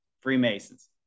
Freemasons